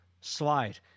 slide